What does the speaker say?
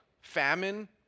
famine